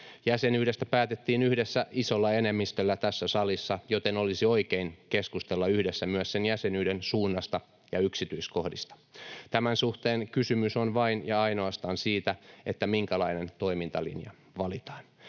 Jäsenyydestä päätettiin yhdessä isolla enemmistöllä tässä salissa, joten olisi oikein keskustella yhdessä myös sen jäsenyyden suunnasta ja yksityiskohdista. Tämän suhteen kysymys on vain ja ainoastaan siitä, minkälainen toimintalinja valitaan.